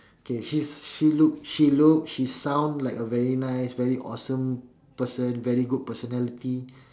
K she's she looks she looks she sound like a very nice very awesome person very good personality